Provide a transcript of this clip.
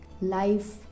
life